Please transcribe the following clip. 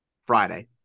Friday